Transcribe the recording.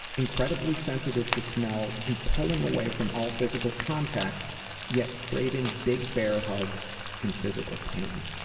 incredibly sensitive to smells and pulling away from all physical contact yet craving big bear hugs and physical pain.